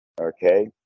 okay